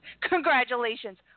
Congratulations